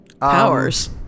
Powers